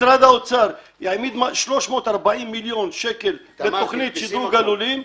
משרד האוצר יעמיד 340 מיליון שקל לתוכנית שדרוג הלולים.